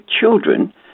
children